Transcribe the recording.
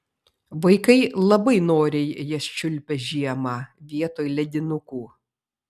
vaikai labai noriai jas čiulpia žiemą vietoj ledinukų